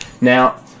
Now